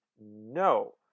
no